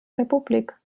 republik